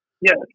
yes